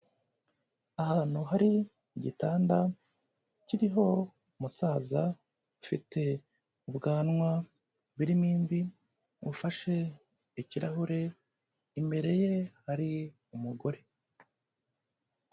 Ahantu hari igitanda kiriho umusaza ufite ubwanwa burimo imvi ufashe ikirahure, imbere ye hari umugore.